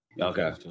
Okay